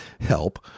help